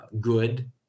good